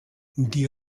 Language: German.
die